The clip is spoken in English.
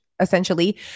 essentially